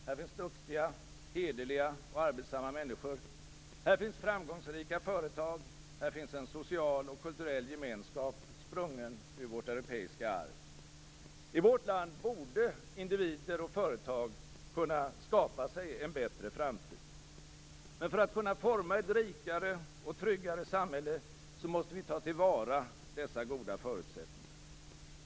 Här finns duktiga, hederliga och arbetsamma människor, här finns framgångsrika företag, här finns en social och kulturell gemenskap sprungen ur vårt europeiska arv. I vårt land borde individer och företag kunna skapa sig en bättre framtid. Men för att kunna forma ett rikare och tryggare samhälle, måste vi ta tillvara dessa goda förutsättningar.